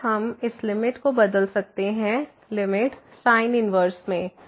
फिर हम इस लिमिट को बदल सकते हैं लिमिट sin 1 में